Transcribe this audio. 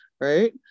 right